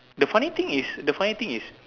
the funny thing is the funny thing is